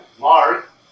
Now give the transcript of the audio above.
Mark